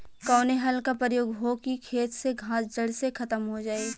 कवने हल क प्रयोग हो कि खेत से घास जड़ से खतम हो जाए?